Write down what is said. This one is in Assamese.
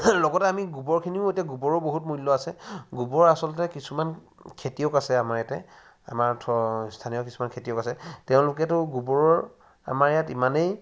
লগতে আমি গোবৰখিনিও এতিয়া গোবৰো বহুত মূল্য আছে গোবৰ আচলতে কিছুমান খেতিয়ক আছে আমাৰ ইয়াতে আমাৰ ধৰক ভালেকিছুমান খেতিয়ক আছে তেওঁলোকেতো গোবৰ আমাৰ ইয়াত ইমানেই